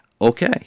okay